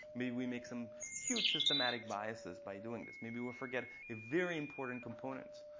maybe we make some huge systematic biases by doing this. maybe we forget a very important component.